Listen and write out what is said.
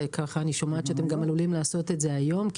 ואני שומעת שאתם עלולים לעשות זאת היום,